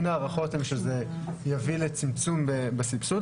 ההערכות הם שזה יביא לצמצום בסבסוד,